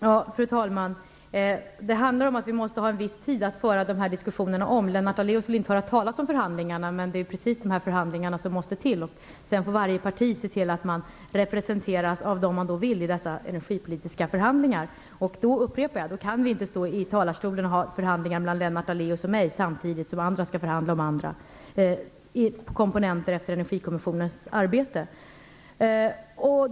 Fru talman! Det handlar om att vi måste ha en viss tid för att föra de här diskussionerna. Lennart Daléus vill inte höra talas om förhandlingarna, men det är precis de som måste till. Sedan får varje parti se till att de representeras av dem som man vill i dessa energipolitiska förhandlingar. Jag upprepar att Lennart Daléus och jag inte kan stå här i talarstolen och ha förhandlingar samtidigt som andra skall förhandla om andra komponenter efter Energikommissionens arbete.